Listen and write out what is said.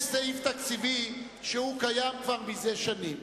יש סעיף תקציבי שקיים כבר מזה שנים.